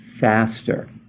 faster